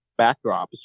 backdrops